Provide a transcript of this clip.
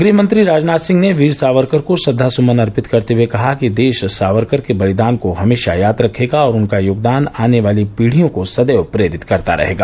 गृहमंत्री राजनाथ सिंह ने वीर सावरकर को श्रद्वा सुमन अर्पित करते हुए कहा कि देश सावरकर के बलिदान को हमेशा याद रखेगा और उनका योगदान आने वाली पीढ़ियों को सदैव प्रेरित करता रहेगा